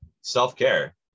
self-care